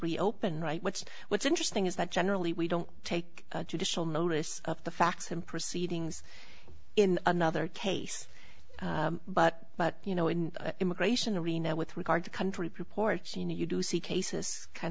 reopen right what's what's interesting is that generally we don't take judicial notice of the facts and proceedings in another case but but you know in immigration arena with regard to country proportion you do see cases kind